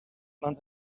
met